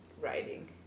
Writing